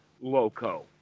loco